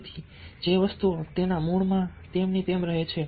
તેથી જે વસ્તુઓ તેના મૂળમાં તેમની તેમ રહે છે